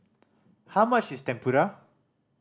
how much is Tempura